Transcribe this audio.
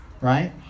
right